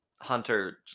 Hunter